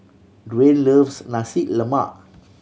Duane loves Nasi Lemak